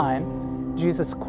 Jesus